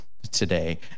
today